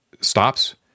stops